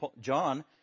John